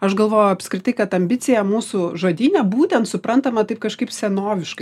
aš galvoju apskritai kad ambicija mūsų žodyne būtent suprantama taip kažkaip senoviškai